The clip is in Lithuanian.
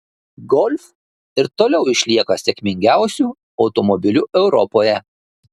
golf ir toliau išlieka sėkmingiausiu automobiliu europoje